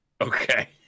Okay